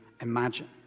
imagine